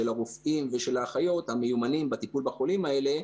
הרופאים ושל האחיות המיומנים בטיפול בחולים האלה,